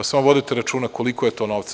Samo vodite računa koliko je to novca.